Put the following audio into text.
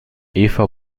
eva